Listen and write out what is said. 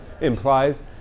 implies